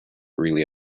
really